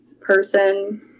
person